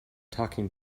talking